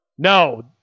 No